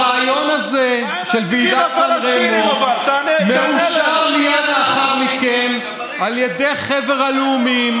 הרעיון הזה של ועידת סן רמו מאושר מייד לאחר מכן על ידי חבר הלאומים,